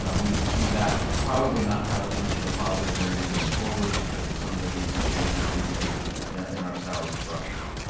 ah we will see that probably not have as much of a positive going forward because of some of the recent changes we made in our salary structure.